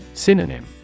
Synonym